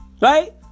right